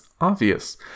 obvious